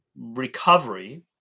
recovery